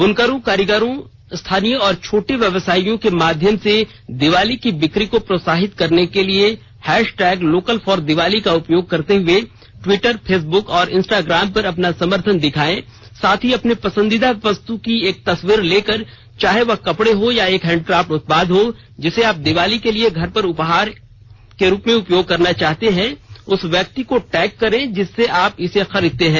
बुनकरों कारीगरों स्थानीय और छोटे व्यवसायों के माध्यम से दीवाली की बिक्री को प्रोत्साहित करने के लिए hashtag local for Diwali का उपयोग करते हुए टिवटर फेसबुक और इंटाग्राम पर अपना समर्थन दिखाए साथ ही अपने पसंदीदा वस्तु की एक तस्वीर ले कर चाहे वह केपड़े हो या एक हैंडक्राफ्ट उत्पाद है जिसे आप दिवाली के लिए घर पर उपहार के रूप में उपयोग करना चाहते हैं उस व्यक्ति को टैग करें जिसे आप इसे खरीदते हैं